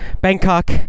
Bangkok